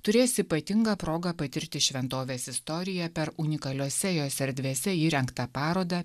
turės ypatingą progą patirti šventovės istoriją per unikaliose jos erdvėse įrengtą parodą